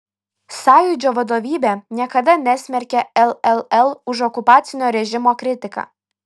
sąjūdžio vadovybė niekada nesmerkė lll už okupacinio režimo kritiką